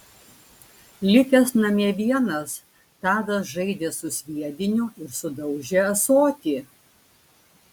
likęs namie vienas tadas žaidė su sviediniu ir sudaužė ąsotį